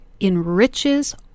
enriches